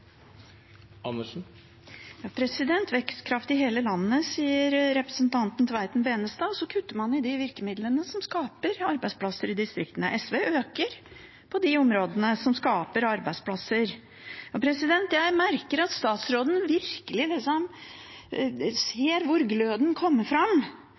i hele landet», sier representanten Tveiten Benestad, og så kutter man i de virkemidlene som skaper arbeidsplasser i distriktene. SV øker på de områdene som skaper arbeidsplasser. Jeg merker at statsråden virkelig